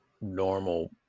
normal